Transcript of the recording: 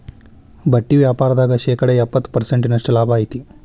ಬಟ್ಟಿ ವ್ಯಾಪಾರ್ದಾಗ ಶೇಕಡ ಎಪ್ಪ್ತತ ಪರ್ಸೆಂಟಿನಷ್ಟ ಲಾಭಾ ಐತಿ